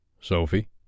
Sophie